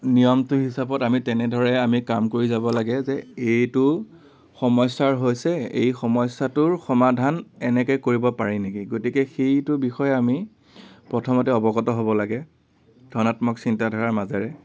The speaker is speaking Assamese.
নিয়মটো হিচাপত আমি তেনেদৰে আমি কাম কৰি যাব লাগে যে এইটো সমস্য়া হৈছে এই সমস্য়াটোৰ সমাধান এনেকৈ কৰিব পাৰি নেকি গতিকে সেইটো বিষয়ে আমি প্ৰথমতে অৱগত হ'ব লাগে ধনাত্মক চিন্তাধাৰাৰ মাজেৰে